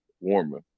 warmer